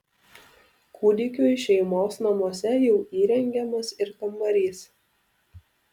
kūdikiui šeimos namuose jau įrengiamas ir kambarys